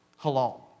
halal